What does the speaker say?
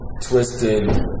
twisted